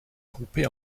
groupés